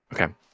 Okay